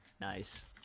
Nice